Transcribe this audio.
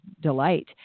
delight